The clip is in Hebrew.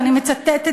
ואני מצטטת,